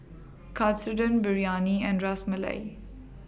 Katsudon Biryani and Ras Malai